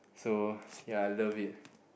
so ya I love it